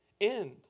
end